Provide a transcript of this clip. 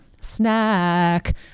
snack